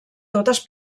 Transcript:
totes